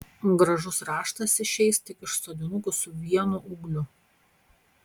gražus raštas išeis tik iš sodinukų su vienu ūgliu